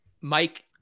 Mike